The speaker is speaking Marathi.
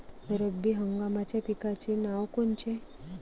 रब्बी हंगामाच्या पिकाचे नावं कोनचे?